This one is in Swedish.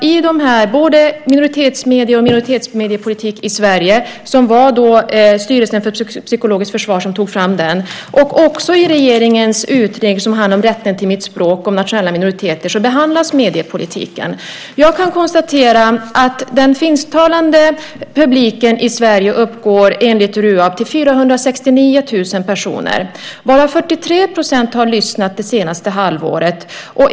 I både Minoritetsmedier och minoritetsmediepolitik i Sverige , som Styrelsen för psykologiskt försvar tog fram, och i regeringens utredning Rätten till mitt språk - förstärkt minoritetsskydd , som handlar om nationella minoriteter behandlas mediepolitiken. Den finsktalande publiken i Sverige uppgår enligt Ruab till 469 000 personer varav 43 % har lyssnat det senaste halvåret.